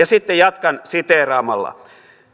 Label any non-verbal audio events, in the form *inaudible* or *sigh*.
*unintelligible* sitten jatkan siteeraamalla